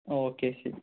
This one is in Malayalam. ഓക്കെ ശരി